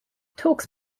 talks